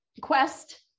quest